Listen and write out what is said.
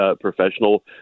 professional